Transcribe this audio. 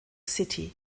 city